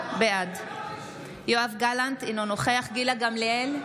בעד יואב גלנט, אינו נוכח גילה גמליאל,